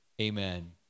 amen